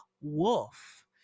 Wolf